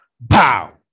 bow